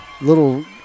little